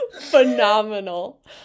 phenomenal